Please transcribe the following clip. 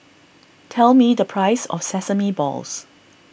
tell me the price of Sesame Balls